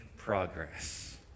progress